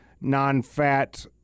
non-fat